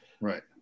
right